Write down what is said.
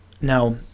Now